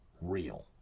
real